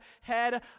head